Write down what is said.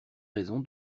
raison